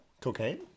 Cocaine